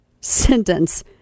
sentence